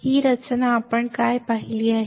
ही रचना आपण काय पाहिली आहे